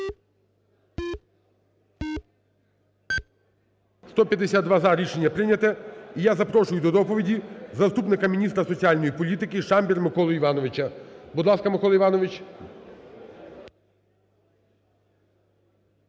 За-152 Рішення прийнято. І я запрошую до доповіді заступника міністра соціальної політики Шамбір Миколу Івановича. Будь ласка, Микола Іванович.